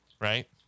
right